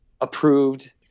approved